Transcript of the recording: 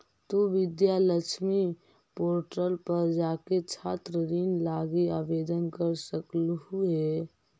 तु विद्या लक्ष्मी पोर्टल पर जाके छात्र ऋण लागी आवेदन कर सकलहुं हे